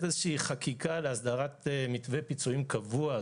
איזושהי חקיקה להסדרת מתווה פיצויים קבוע.